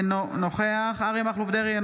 אינו נוכח אריה מכלוף דרעי,